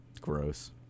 gross